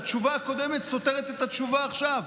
התשובה הקודמת סותרת את התשובה עכשיו.